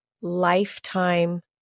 lifetime